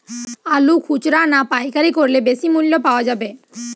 আলু খুচরা না পাইকারি করলে বেশি মূল্য পাওয়া যাবে?